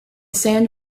sand